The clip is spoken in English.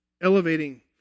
elevating